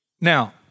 Now